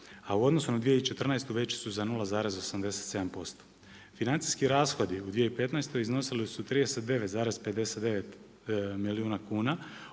a u odnosu na 2014. veći su za 0,87%. Financijski rashodi u 2015. iznosili su 39,59 milijuna kuna